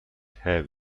have